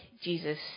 Jesus